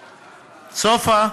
סופה.